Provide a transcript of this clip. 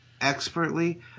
expertly